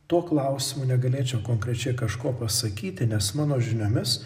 tuo klausimu negalėčiau konkrečiai kažko pasakyti nes mano žiniomis